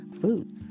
foods